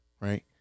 right